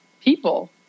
people